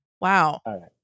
Wow